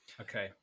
Okay